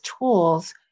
tools